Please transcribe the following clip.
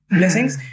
blessings